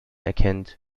erkennt